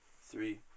Three